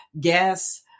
gas